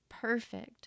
perfect